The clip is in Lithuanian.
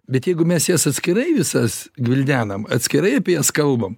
bet jeigu mes jas atskirai visas gvildenam atskirai apie jas kalbame